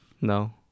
No